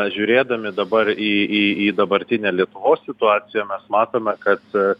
žiūrėdami dabar į į į dabartinę lietuvos situaciją mes matome kad